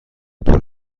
دور